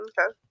Okay